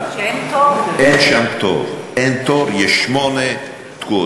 אין שם תור, אין תור, יש שמונה תקועות.